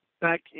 back